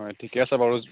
ঠিকে আছে বাৰু